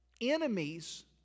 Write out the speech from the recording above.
enemies